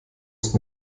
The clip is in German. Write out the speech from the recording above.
ist